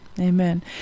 Amen